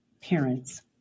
parents